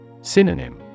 Synonym